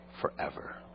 forever